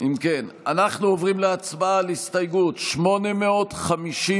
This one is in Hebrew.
אנחנו עוברים להצבעה על הסתייגות 853,